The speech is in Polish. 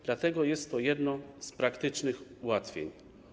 Dlatego jest to jedno z praktycznych ułatwień.